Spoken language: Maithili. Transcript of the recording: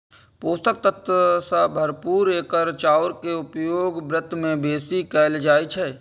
पोषक तत्व सं भरपूर एकर चाउर के उपयोग व्रत मे बेसी कैल जाइ छै